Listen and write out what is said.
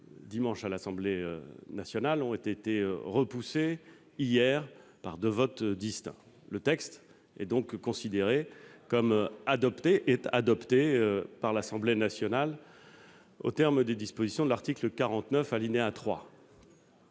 dimanche à l'Assemblée nationale ont été repoussées, hier, par deux votes distincts. Le texte est donc considéré comme adopté par l'Assemblée nationale aux termes des dispositions de l'article 49, alinéa 3